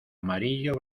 amarillo